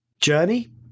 Journey